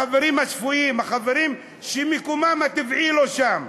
החברים השפויים, החברים שמקומם הטבעי לא שם: